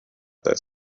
this